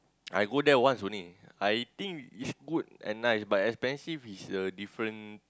I go there once only I think is good and nice but expensive is a different